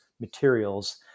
materials